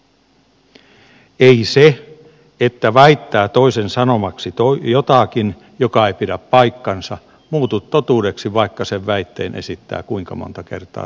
ei se että väittää toisen sanomaksi jotakin mikä ei pidä paikkansa muutu totuudeksi vaikka sen väitteen esittää kuinka monta kertaa tahansa